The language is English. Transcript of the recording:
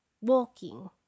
walking